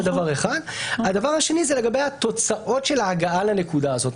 הדבר השני הוא לגבי התוצאות של ההגעה לנקודה הזאת.